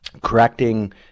correcting